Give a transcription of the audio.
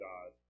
God